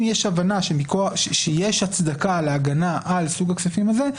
ואם יש הבנה שיש הצדקה להגנה על סוג הכספים הזה,